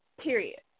period